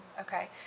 Okay